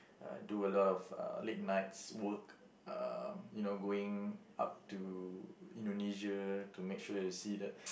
uh do a lot of late nights work uh you know going up to Indonesia to make sure you see that